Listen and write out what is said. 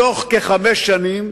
בתוך כחמש שנים